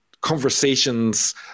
conversations